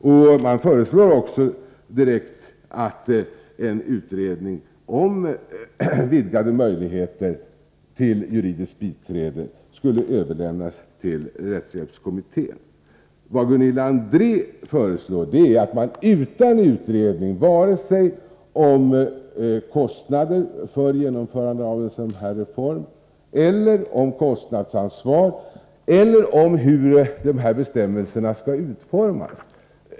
Domstolsverket föreslår också att uppdrag att företa en utredning om utvidgade möjligheter till juridiskt biträde skall överlämnas till rättshjälpskommittén. Vad Gunilla André föreslår är att en ny lagstiftning skall genomföras utan utredning om vare sig kostnader för genomförande av en sådan här reform, kostnadsansvar eller hur bestämmelserna skall utformas.